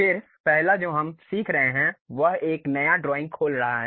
फिर पहला जो हम सीख रहे हैं वह एक नया ड्राइंग खोल रहा है